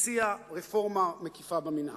הציע רפורמה מקיפה במינהל,